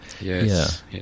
Yes